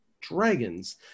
dragons